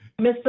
Mr